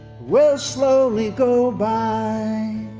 will slowly go by